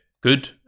good